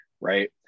right